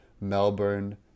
melbourne